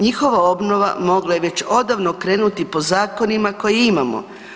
Njihova obnova mogla je već odavno krenuti po zakonima koje imamo.